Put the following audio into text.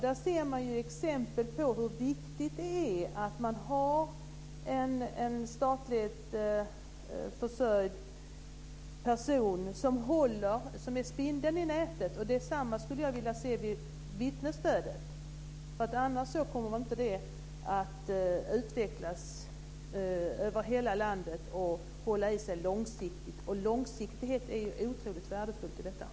Där ser man exempel på hur viktigt det är att man har en statligt försörjd person som är spindeln i nätet. Jag skulle vilja se samma sak när det gäller vittnesstödet, annars kommer inte det att utvecklas över hela landet och hålla i sig långsiktigt. Och långsiktighet är oerhört värdefullt här.